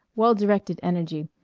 well-directed energy.